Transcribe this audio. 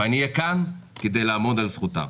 ואני אהיה כאן כדי לעמוד על זכותן,